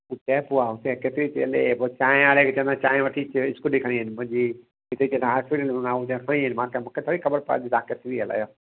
उहो चइबो आहे केतिरी थी हले पोइ चाहिं वारे खे चवंदा चाहिं वठी अचु स्कूटी खणी वञु मुंहिंजी हिते चवंदा हास्पीटल में मां मूंखे थोरी ख़बर पवंदी तव्हां केतिरी हलायांव